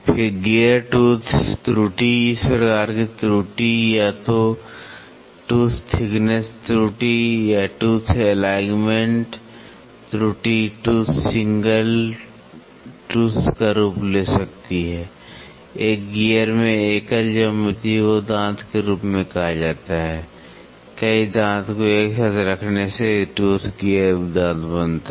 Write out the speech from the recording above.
फिर gear tooth त्रुटि इस प्रकार की त्रुटि या तो टूथ थिकनेस त्रुटि या टूथ अलाइनमेंट त्रुटि टूथ सिंगल टूथ का रूप ले सकती है एक गियर में एकल ज्यामिति को दांत के रूप में कहा जाता है कई दांत को एक साथ रखने से टूथ गियर दांत बनता है